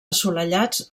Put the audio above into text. assolellats